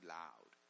loud